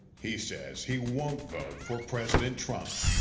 he says he won't vote for president trump.